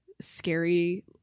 scary